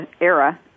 era